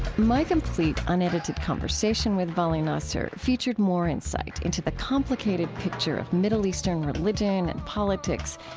my complete unedited conversation with vali nasr featured more insight into the complicated picture of middle eastern religion and politics,